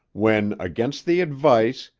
when against the advice,